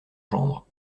gendre